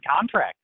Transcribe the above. contract